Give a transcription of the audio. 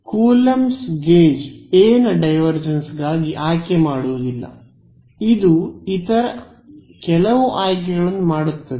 coulombs gauge A ನ divergence ಗಾಗಿ ಆಯ್ಕೆ ಮಾಡುವುದಿಲ್ಲ ಇದು ಇತರ ಕೆಲವು ಆಯ್ಕೆಗಳನ್ನು ಮಾಡುತ್ತದೆ